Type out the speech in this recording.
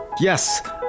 Yes